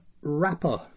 rapper